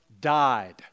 died